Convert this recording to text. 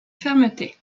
fermeté